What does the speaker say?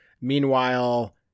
Meanwhile